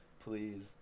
please